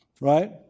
Right